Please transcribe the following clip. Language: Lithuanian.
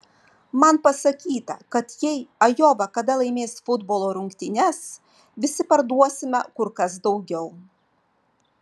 man pasakyta kad jei ajova kada laimės futbolo rungtynes visi parduosime kur kas daugiau